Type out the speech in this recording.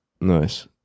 Nice